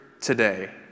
today